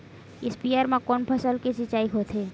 स्पीयर म कोन फसल के सिंचाई होथे?